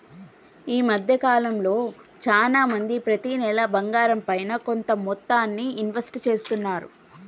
ఈ మద్దె కాలంలో చానా మంది ప్రతి నెలా బంగారంపైన కొంత మొత్తాన్ని ఇన్వెస్ట్ చేస్తున్నారు